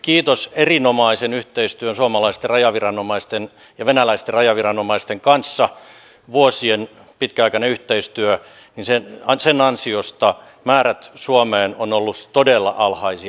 kiitos erinomaisen yhteistyön suomalaisten rajaviranomaisten ja venäläisten rajaviranomaisten kanssa vuosien pitkäaikaisen yhteistyön ansiosta määrät suomeen ovat olleet todella alhaisia